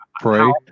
pray